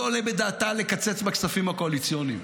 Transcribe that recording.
לא עולה בדעתה לקצץ בכספים הקואליציוניים,